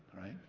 right